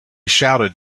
shouted